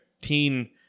teen